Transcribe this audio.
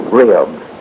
ribs